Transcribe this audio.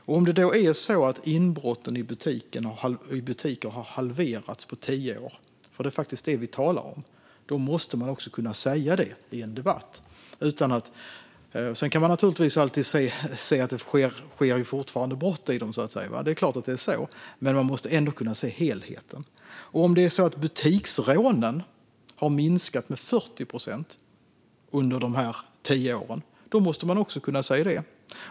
Om det så är så att inbrotten i butiker har halverats på tio år - för det är faktiskt det vi talar om - måste man också kunna säga det i en debatt. Man kan naturligtvis se att det fortfarande sker brott i butiker - det är klart att det är så - men man måste ändå kunna se helheten. Om det är så att butiksrånen har minskat med 40 procent under dessa tio år måste man också kunna se det.